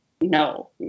no